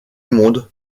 monde